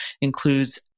includes